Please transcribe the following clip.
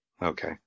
Okay